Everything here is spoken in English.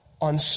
on